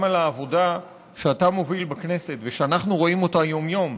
גם על העבודה שאתה מוביל בכנסת ושאנחנו רואים אותה יום-יום,